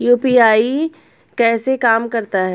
UPI कैसे काम करता है?